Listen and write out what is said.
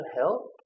help